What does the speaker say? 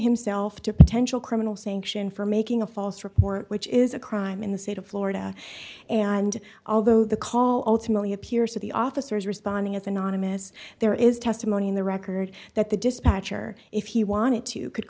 himself to potential criminal sanction for making a false report which is a crime in the state of florida and although the call ultimately appears to the officers responding as anonymous there is testimony in the record that the dispatcher if he wanted to could